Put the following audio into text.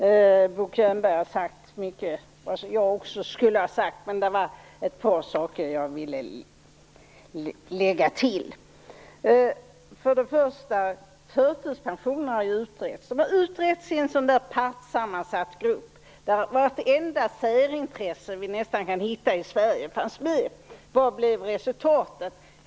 Fru talman! Bo Könberg har sagt mycket av det som jag hade tänkt säga, men ett par saker vill jag lägga till. Förtidspensionerna har utretts i en partsammansatt grupp där vartenda särintresse vi nästan kan hitta i Sverige fanns med. Vad blev resultatet?